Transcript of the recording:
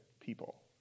people